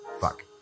fuck